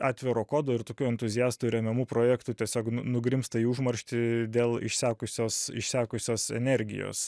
atviro kodo ir tokių entuziastų remiamų projektų tiesiog nugrimzta į užmarštį dėl išsekusios išsekusios energijos